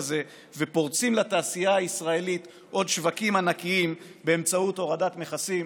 הזה ופורצים לתעשייה הישראלית עוד שווקים ענקיים באמצעות הורדת מכסים.